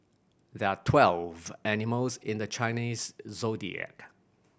there are twelve animals in the Chinese Zodiac